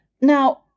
Now